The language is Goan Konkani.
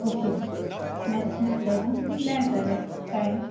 ओके नेक्सट मंडे न्हूं कितल्या येतोले टायम